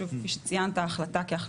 שוב,